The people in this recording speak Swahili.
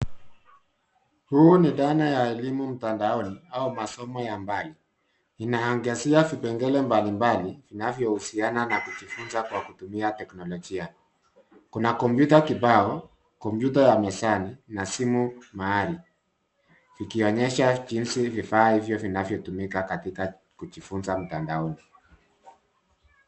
Huu ni dhana ya elimu mtandaoni au masomo ya mbali. Inaangazia vipengele mbalimbali vinavyohusiana na kujifunza kwa kutumia teknolojia. Kuna kompyuta kibao, kompyuta ya mezani na simu mahali vikionyesha jinsi vifaa hivyo vinavyotumika katika kujifunza mtandaoni.